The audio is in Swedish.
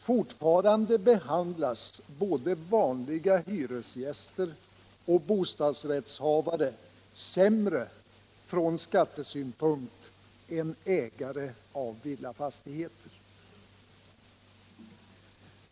Fortfarande behandlas både vanliga hyresgäster och bostadsrättshavare sämre från skattesynpunkt än ägare av villafastigheter.